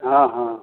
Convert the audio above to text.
हँ हँ